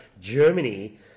Germany